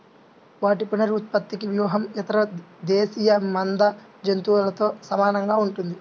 వాటి పునరుత్పత్తి వ్యూహం ఇతర దేశీయ మంద జంతువులతో సమానంగా ఉంటుంది